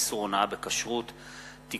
הצעת חוק איסור הונאה בכשרות (תיקון,